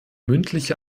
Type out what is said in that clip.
mündliche